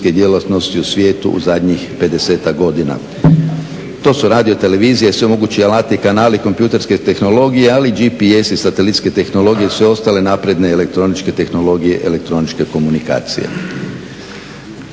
u svijetu u zadnjih pedesetak godina. To su radiotelevizije, sve mogući alati, kanali kompjutorske tehnologije, ali i GPS i satelitske tehnologije i sve ostale napredne elektroničke tehnologije, elektroničke komunikacije.